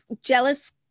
jealous